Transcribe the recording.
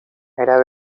era